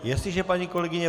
Jestliže paní kolegyně